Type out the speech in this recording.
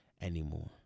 anymore